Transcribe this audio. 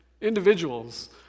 individuals